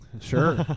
Sure